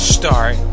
start